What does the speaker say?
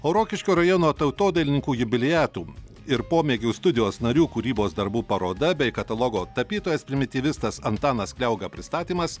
o rokiškio rajono tautodailininkų jubiliatų ir pomėgių studijos narių kūrybos darbų paroda bei katalogo tapytojas primityvistas antanas kliauga pristatymas